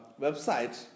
website